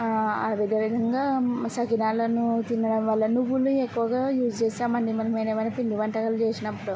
అదేవిధంగా సఖినాలనూ తినడంవల్ల నువ్వులు ఎక్కువగా యూజ్ చేస్తాం అండి మనం ఏదయినా పిండి వంటలు చేసినప్పుడు